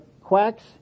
quacks